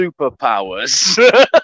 superpowers